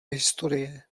historie